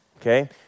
okay